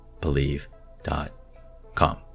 believe.com